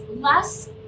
less